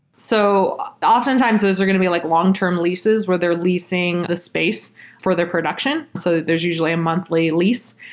so oftentimes, those are going to be like long-term leases with they're leasing the space for their production. so there's usually a monthly lease.